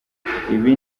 ibi